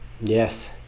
Yes